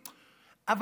היא,